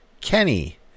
Kenny